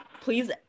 Please